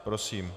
Prosím.